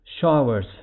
showers